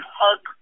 hug